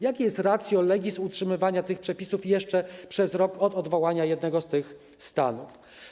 Jakie jest ratio legis utrzymywania tych przepisów jeszcze przez rok od dnia odwołania jednego z tych stanów?